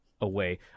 away